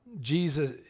Jesus